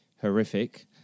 horrific